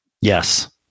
Yes